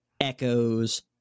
echoes